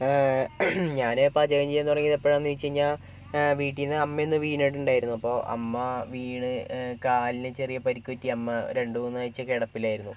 ഞാൻ പാചകം ചെയ്യാൻ തുടങ്ങിയത് എപ്പോഴാണെന്ന് ചോദിച്ചു കഴിഞ്ഞാൽ വീട്ടിൽ നിന്ന് അമ്മ ഒന്ന് വിണിട്ട് ഉണ്ടായിരുന്നു അപ്പോൾ അമ്മ വീണ് കാലിന് ചെറിയ പരിക്ക് പറ്റി അമ്മ രണ്ട് മൂന്ന് ആഴ്ച കിടപ്പിലായിരുന്നു